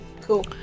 Cool